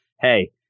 Hey